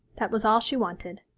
that was all she wanted,